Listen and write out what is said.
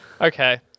okay